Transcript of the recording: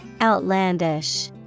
Outlandish